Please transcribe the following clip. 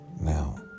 Now